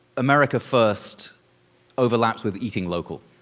america first overlaps with eating local.